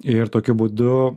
ir tokiu būdu